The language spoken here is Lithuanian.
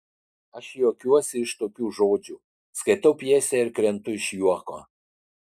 aš juokiuosi iš tokių žodžių skaitau pjesę ir krentu iš juoko